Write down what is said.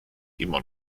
immer